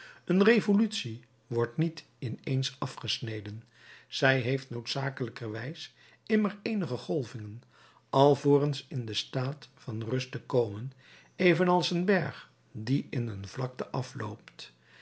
een revolutie wordt niet in eens afgesneden zij heeft noodzakelijkerwijs immer eenige golvingen alvorens in den staat van rust te komen evenals een berg die in een vlakte afloopt